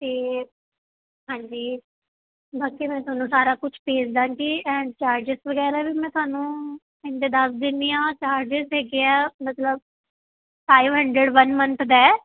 ਫੇਰ ਹਾਂਜੀ ਬਾਕੀ ਮੈਂ ਤੁਹਾਨੂੰ ਸਾਰਾ ਕੁਛ ਭੇਜ ਦਾਂਗੀ ਐਂਡ ਚਾਰਜਿਸ ਵਗੈਰਾ ਵੀ ਮੈਂ ਤੁਹਾਨੂੰ ਇਹਦੇ ਦੱਸ ਦਿੰਦੀ ਹਾਂ ਚਾਰਜਿਸ ਹੈਗੇ ਹੈ ਮਤਲਬ ਫਾਈਵ ਹੰਡਰਡ ਵਨ ਮੰਥ ਦਾ ਹੈ